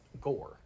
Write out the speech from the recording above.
gore